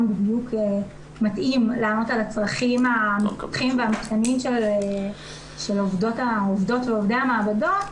בדיוק מתאים לענות על הצרכים של עובדות ועובדי המעבדות,